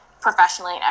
professionally